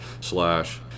slash